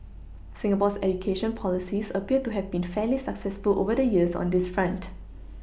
Singapore's education policies appear to have been fairly successful over the years on this front